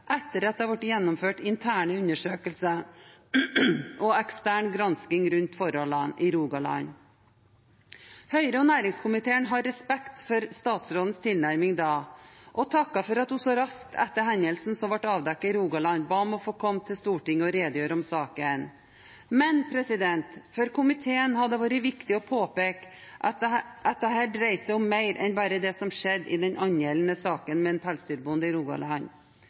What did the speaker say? etter at det har blitt gjennomført interne undersøkelser og ekstern gransking rundt forholdene i Rogaland. Høyre og næringskomiteen har respekt for statsrådens tilnærming da og takker for at hun så raskt etter hendelsen som ble avdekket i Rogaland, ba om å få komme til Stortinget og redegjøre om saken. Men for komiteen har det vært viktig å påpeke at dette dreier seg om mer enn bare det som skjedde i den angjeldende saken med en pelsdyrbonde i